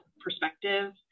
perspective